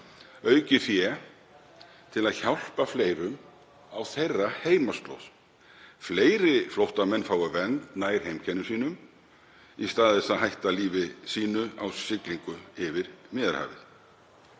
aukið fé til að hjálpa fleirum á þeirra heimaslóð. Fleiri flóttamenn fái vernd nær heimkynnum sínum í stað þess að hætta lífi sínu á siglingu yfir Miðjarðarhafið.